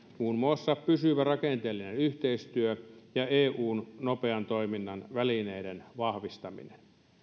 muun muassa pysyvä rakenteellinen yhteistyö ja eun nopean toiminnan välineiden vahvistaminen